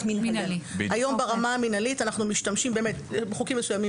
היום ברמה המנהלית אנחנו משתמשים בחוקים מסוימים